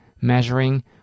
measuring